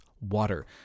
water